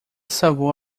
salvou